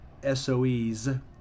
SOEs